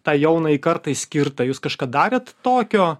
tą jaunajai kartai skirtą jūs kažką darėt tokio